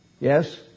Yes